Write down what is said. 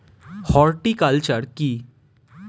Horticulture কি?